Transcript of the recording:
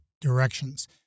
directions